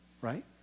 right